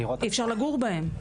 אי אפשר לגור בהם.